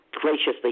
graciously